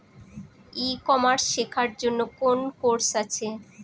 ই commerce শেক্ষার জন্য কোন কোর্স আছে?